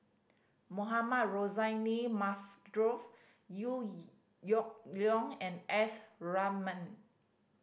Mohamed Rozani Liew Leong and S Ratnam